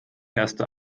erste